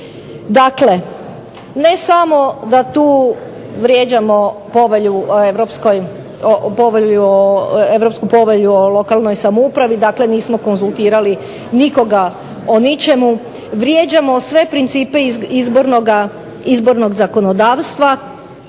Dakle, ne samo da tu vrijeđamo Europsku povelju o lokalnoj samoupravi, dakle nismo konzultirali nikoga o ničemu, vrijeđamo sve principe izbornog zakonodavstva,